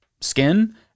skin